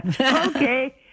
Okay